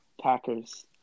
Packers